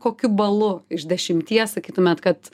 kokiu balu iš dešimties sakytumėt kad